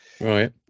Right